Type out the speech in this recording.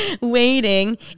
waiting